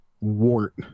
wart